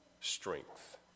strength